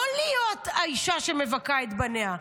לא להיות האיש שמבכה על בניה,